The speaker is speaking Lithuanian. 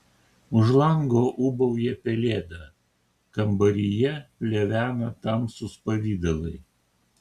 už lango ūbauja pelėda kambaryje plevena tamsūs pavidalai